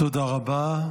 תודה רבה.